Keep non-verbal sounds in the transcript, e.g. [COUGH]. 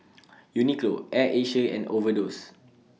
[NOISE] Uniqlo Air Asia and Overdose